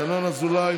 ינון אזולאי,